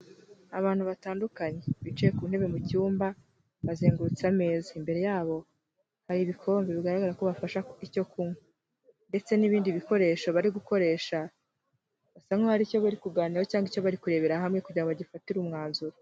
Abantu batandukanye bicaye ku ntebe mu cyumba bazengurutse ameza, imbere yabo hari ibikombe bigaragara ko bafasha icyo kunywa ndetse n'ibindi bikoresho bari gukoresha, basa nk'aho hari icyo bari kuganiraraho cyangwa icyo bari kurebera hamwe kugira ngo bagifatire umwanzuro.